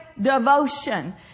devotion